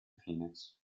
phoenix